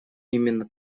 именно